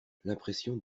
l’impression